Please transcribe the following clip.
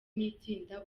n’itsinda